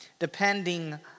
depending